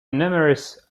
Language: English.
numerous